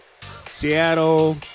Seattle